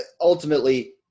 ultimately